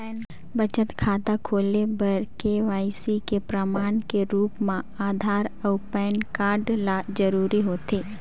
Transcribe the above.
बचत खाता खोले बर के.वाइ.सी के प्रमाण के रूप म आधार अऊ पैन कार्ड ल जरूरी होथे